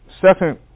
second